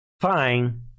fine